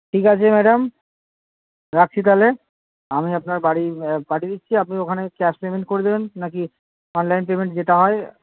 ঠিক আছে ম্যাডাম রাখছি তাহলে আমি আপনার বাড়ি পাঠিয়ে দিচ্ছি আপনি ওখানেই ক্যাশ পেমেন্ট করে দেবেন না কি অনলাইন পেমেন্ট যেটা হয়